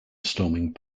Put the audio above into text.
storming